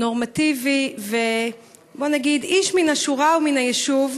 נורמטיבי, בוא נגיד, איש מן השורה ומן היישוב,